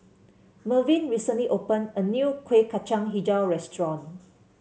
Mervyn recently open a new Kueh Kacang hijau restaurant